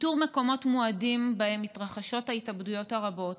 איתור מקומות מועדים שבהם מתרחשות ההתאבדויות הרבות